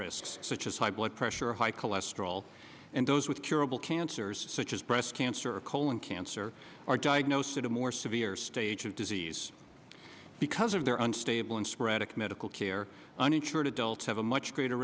risks such as high blood pressure high cholesterol and those with curable cancers such as breast cancer colon cancer or diagnose it a more severe stage of disease because of their unstable and sporadic medical care uninsured adults have a much greater